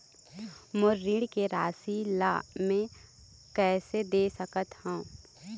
मोर ऋण के राशि ला म कैसे देख सकत हव?